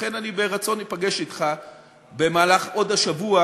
לכן אני ברצון אפגש אתך עוד השבוע,